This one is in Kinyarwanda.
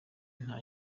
nta